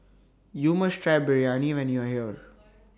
YOU must Try Biryani when YOU Are here